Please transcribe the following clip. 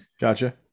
Gotcha